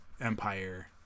Empire